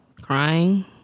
crying